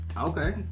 Okay